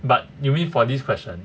but you mean for this question